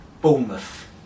Bournemouth